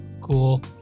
cool